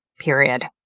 period.